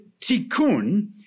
tikkun